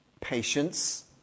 patience